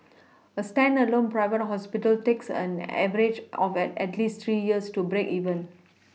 a standalone private hospital takes an Average of at at least three years to break even